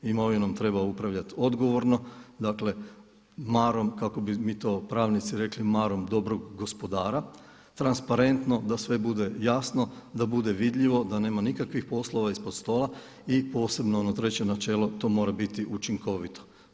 Imovinom treba upravljati odgovorno, dakle marom kako bi mi to pravnici rekli, marom dobrog gospodara, transparentno da sve bude jasno, da bude vidljivo, da nema nikakvih poslova ispod stola i posebno ono treće načelo to mora biti učinkovito.